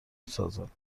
سازد